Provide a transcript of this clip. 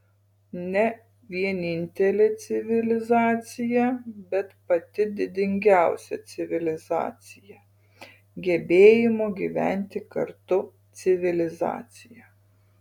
ne vienintelė civilizacija bet pati didingiausia civilizacija gebėjimo gyventi kartu civilizacija